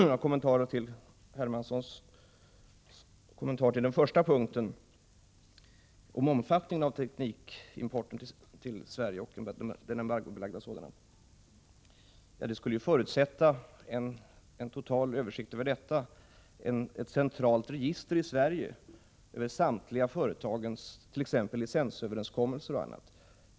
Herr talman! Jag vill börja med några kommentarer till C.-H. Hermanssons första punkt, som handlar om omfattningen av embargopolitiken vad gäller teknikimport till Sverige. En total översikt över detta skulle förutsätta ett centralt register i Sverige övert.ex. samtliga företags licensöverenskommelser.